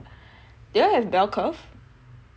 do y'all have bell curve